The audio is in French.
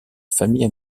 famille